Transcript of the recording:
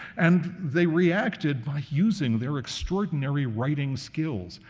and they reacted by using their extraordinary writing skills.